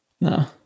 No